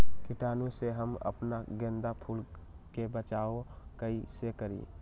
कीटाणु से हम अपना गेंदा फूल के बचाओ कई से करी?